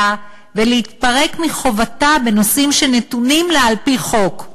ולהתפרק מחובתה בנושאים שנתונים לה על-פי חוק.